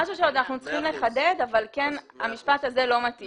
משהו שאנחנו עוד צריכים לחדד אבל המשפט הזה לא מתאים.